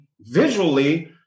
visually